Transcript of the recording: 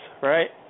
right